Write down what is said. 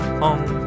home